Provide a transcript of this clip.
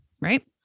right